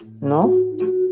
No